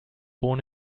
born